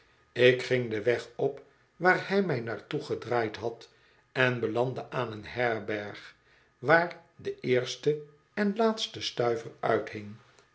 ik ging den weg op waar hij mij naar toe gedraaid had en belandde aan een herberg waar de eerste en laatste stuiver uithing